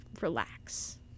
relax